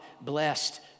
blessed